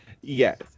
Yes